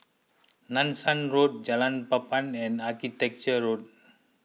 Nanson Road Jalan Papan and Architecture Drive